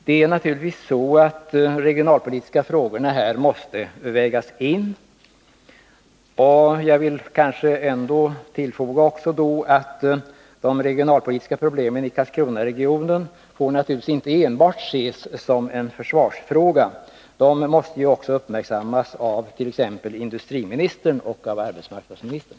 De regionalpolitiska frågorna måste naturligtvis vägas in här, men jag vill ändå tillfoga att de regionalpolitiska problemen i Karlskronaregionen inte enbart får ses som en försvarsfråga. De måste också uppmärksammas av t.ex. industriministern och arbetsmarknadsministern.